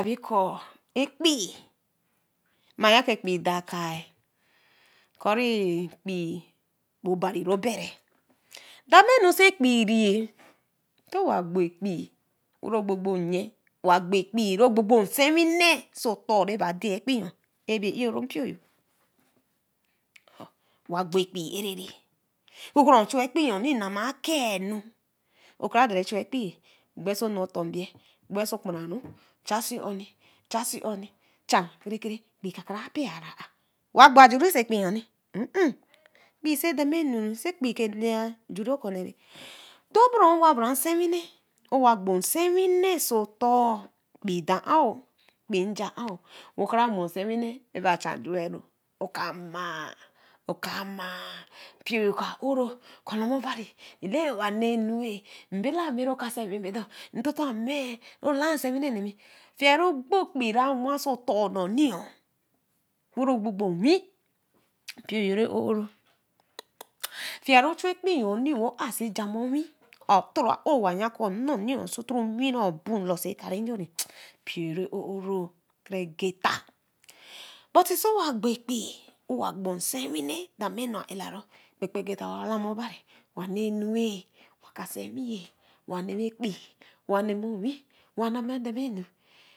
Re ko ekpii, ya ma yan ko expii dakar eh kori kpii bae obari obere, damanu see kpiri bon ye, soe nama akenu, ko ekpii dakar gbe akara dore chu akparaniwan, see ye, towa gbo expil we wa gbo kpũ rogbobo nseninė otor ra bae ley expii yo ah ah bae ero mpio yo. na gbo ekpii areni owa chu ekpii ekpii nee otombie, oso oni, cha see oni, cha kiri kiri, ekpii κα cha kparaya wa gbo ajuri ra kpũ yoni ra damanu sey expii laya. odo bro owa bra nsewine, sewine soe otor kpic doan kpii nja on, oka mor nseinine ra kara chan jueru oka mai, mpio yo ka oro oka lama bari wanenu eh, ami bae meh ra la nsewine nemi, o ekpii ra wan see tor nonce yo, wa ro gbogbo owin, mpio yo ra ororo, fieru chu ekpii yoni ah see jama owin, otora owo wa are bu lasekari njo. mpio yan ko nnoni yo ra oro kra egeta, but so wa gbo еxрii owa gbo nsewine, damanu ah araru, labi obari wanence, wa kasemi oo.